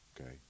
okay